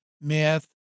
math